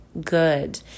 good